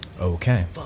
Okay